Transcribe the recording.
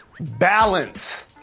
Balance